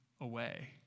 away